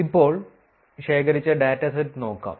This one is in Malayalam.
ഇപ്പോൾ ശേഖരിച്ച ഡാറ്റാസെറ്റ് നോക്കാം